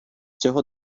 цього